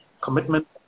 commitment